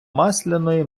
масляної